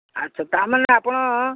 ଆଚ୍ଛା ତା ମାନେ ଆପଣ